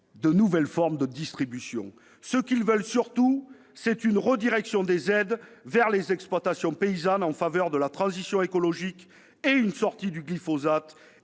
de nouvelles formes de distribution. Ce qu'ils veulent surtout, c'est une redirection des aides vers les exploitations paysannes en faveur de la transition écologique et une sortie du glyphosate